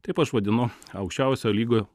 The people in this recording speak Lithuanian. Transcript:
taip aš vadinu aukščiausio lygio